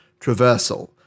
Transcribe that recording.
traversal